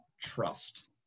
trust